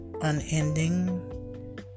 unending